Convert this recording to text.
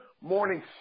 morning